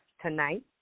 tonight